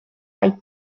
kaj